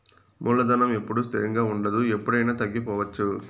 మూలధనం ఎప్పుడూ స్థిరంగా ఉండదు ఎప్పుడయినా తగ్గిపోవచ్చు